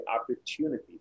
opportunity